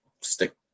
stick